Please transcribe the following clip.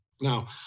Now